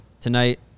tonight